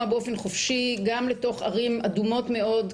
באופן חופשי גם לתוך ערים אדומות מאוד,